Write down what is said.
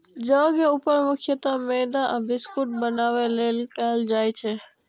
जौ के उपयोग मुख्यतः मैदा आ बिस्कुट बनाबै लेल कैल जाइ छै